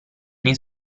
nei